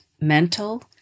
mental